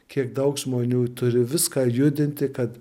kiek daug žmonių turi viską judinti kad